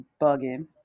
bugging